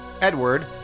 Edward